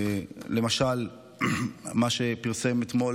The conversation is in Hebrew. למשל מה שפרסם אתמול